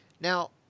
now